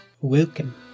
welcome